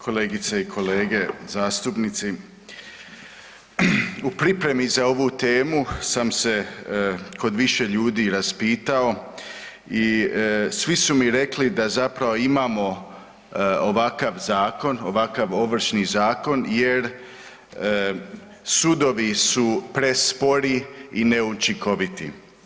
Kolegice i kolege zastupnici, u pripremi za ovu temu sam se kod više ljudi raspitao i svi su mi rekli da zapravo imamo ovakav zakon, ovakav Ovršni zakon jer sudovi su prespori i neučinkoviti.